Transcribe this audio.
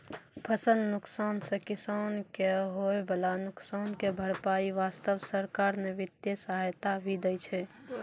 फसल नुकसान सॅ किसान कॅ होय वाला नुकसान के भरपाई वास्तॅ सरकार न वित्तीय सहायता भी दै छै